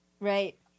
Right